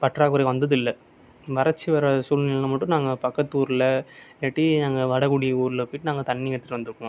பற்றாக்குறை வந்ததில்லை வறட்சி வர சூழ்நிலையில் மட்டும் நாங்கள் பக்கத்துக்கு ஊரில் இல்லாட்டி நாங்கள் வடகுடி ஊரில் போயிட்டு நாங்கள் தண்ணி எடுத்துட்டு வந்துக்குவோம்